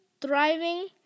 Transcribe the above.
thriving